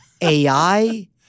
AI